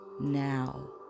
now